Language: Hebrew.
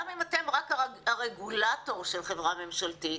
גם אם אתם רק הרגולטור של חברה ממשלתית,